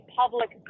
public